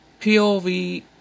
POV